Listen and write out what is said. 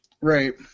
right